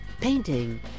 painting